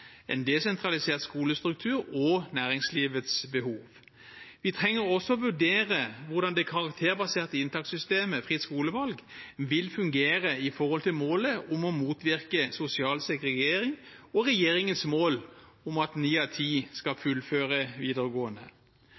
en desentralisert skolestruktur og næringslivets behov. Vi trenger også å vurdere hvordan det karakterbaserte inntakssystemet fritt skolevalg vil fungere i forhold til målet om å motvirke sosial segregering og regjeringens mål om at ni av ti skal fullføre videregående.